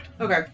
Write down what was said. Okay